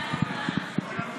מתנשאת וגזענית, זה מה שאת.